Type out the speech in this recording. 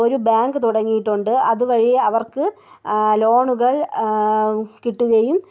ഒരു ബാങ്ക് തുടങ്ങിയിട്ടുണ്ട് അതുവഴി അവർക്ക് ലോണുകൾ കിട്ടുകയും